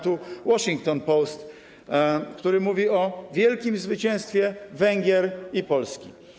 Tu „Washington Post”, który mówi o wielkim zwycięstwie Węgier i Polski.